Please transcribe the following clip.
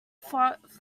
float